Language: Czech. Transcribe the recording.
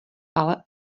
ale